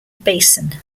basin